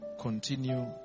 continue